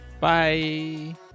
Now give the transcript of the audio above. Bye